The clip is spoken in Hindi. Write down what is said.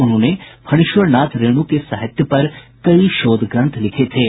उन्होंने फणीश्वरनाथ रेणु के साहित्य पर कई शोधग्रंथ लिखे थे